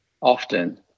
often